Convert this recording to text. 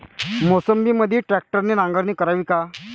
मोसंबीमंदी ट्रॅक्टरने नांगरणी करावी का?